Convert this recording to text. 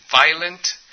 violent